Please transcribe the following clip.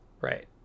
Right